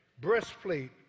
breastplate